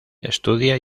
estudia